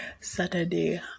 Saturday